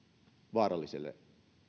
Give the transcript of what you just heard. vaaralliselle